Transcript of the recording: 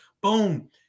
Boom